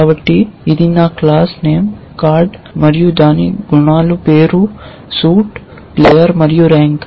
కాబట్టి ఇది నా క్లాస్ నేమ్ కార్డ్ మరియు దాని గుణాలు పేరు సూట్ ప్లేయర్ మరియు ర్యాంక్